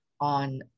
on